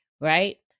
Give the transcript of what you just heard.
right